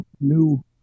new